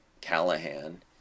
Callahan